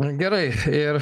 gerai ir